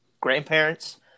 grandparents